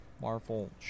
Marvel